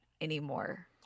anymore